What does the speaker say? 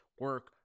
Work